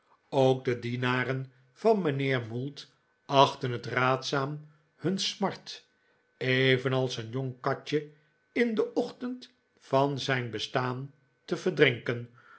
ook de dienaren van mijnheer mould achtten het raadzaam hun smart evenals een jong katje in den ochtend van zijn bestaan te verdrinken